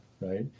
right